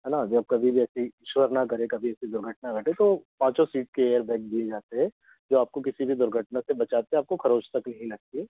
है ना जब कभी भी ऐसी ईश्वर ना करे कभी ऐसी दुर्घटना घटे तो पाँचों सीट के एयरबैग दिए जाते हैं जो आपको किसी भी दुर्घटना से बचाते हैं आपको खरोच तक नहीं लगती है